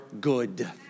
good